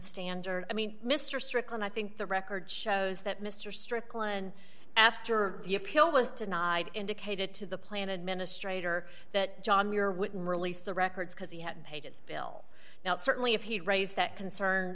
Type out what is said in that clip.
standard i mean mr strickland i think the record shows that mr strickland after the appeal was denied indicated to the plan administrator that john muir would release the records because he had paid his bill now certainly if he'd raise that concern